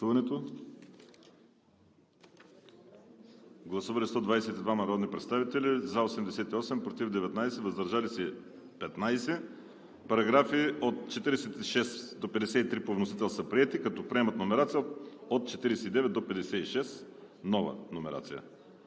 Гласували 122 народни представители: за 88, против 19, въздържали се 15. Параграфи от 46 до 53 по вносител са приети, като приемат номерация от 49 до 56, нова номерация.